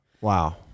Wow